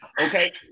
okay